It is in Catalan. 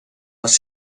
les